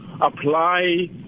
apply